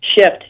shift